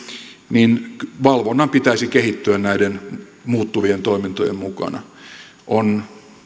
niin valvonnan pitäisi kehittyä näiden muuttuvien toimintojen mukana on